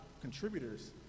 contributors